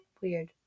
Weird